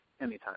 Anytime